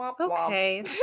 okay